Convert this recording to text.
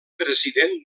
president